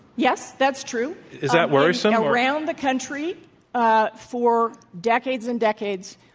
yes, that's true. is that worrisome? around the country ah for decades and decades,